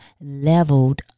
leveled